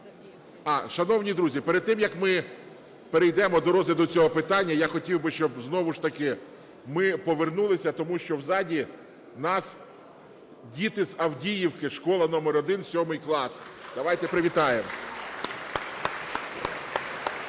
Шановні друзі, перед тим, як ми перейдемо до розгляду цього питання, я хотів би, щоб знову ж таки ми повернулися, тому що ззаду в нас діти з Авдіївки, школа № 1 сьомий клас. Давайте привітаємо. (Оплески)